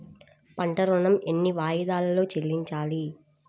పంట ఋణం ఎన్ని వాయిదాలలో చెల్లించాలి?